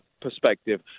perspective